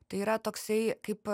tai yra toksai kaip